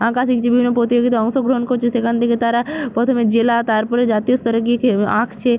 আঁকা শিখছে বিভিন্ন প্রতিযোগিতায় অংশগ্রহণ করছে সেখান থেকে তারা প্রথমে জেলা তারপরে জাতীয় স্তরে গিয়ে কেউ আঁকছে